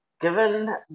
given